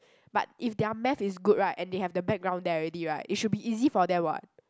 but if their Math is good right and they have the background there already right it should be easy for them [what]